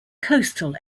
coastal